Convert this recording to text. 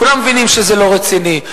כולם מבינים שזה לא רציני.